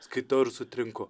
skaitau ir sutrinku